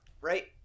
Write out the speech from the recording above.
right